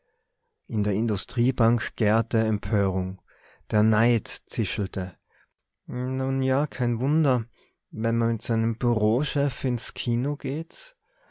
in der industriebank gärte empörung der neid zischelte nun ja kein wunder wenn man mit seinem bureauchef ins kino geht